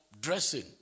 dressing